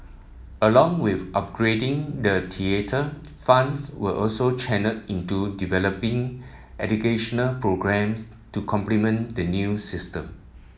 along with upgrading the theatre funds were also channelled into developing educational programmes to complement the new system